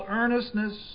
earnestness